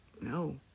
no